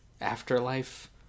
afterlife